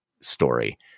story